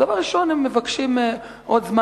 אז דבר ראשון, הם מבקשים עוד זמן.